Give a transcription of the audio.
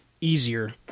easier